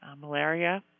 malaria